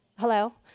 hello.